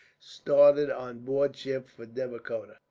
started on board ship for devikota.